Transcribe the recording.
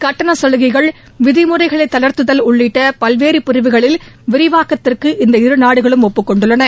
கட்டணச் கலுகைகள் விதிமுறைகளை தளர்த்துதல் உள்ளிட்ட பல்வேறு பிரிவுகளில் விரிவாக்கத்திற்கு இரு நாடுகளும் ஒப்புக் கொண்டுள்ளன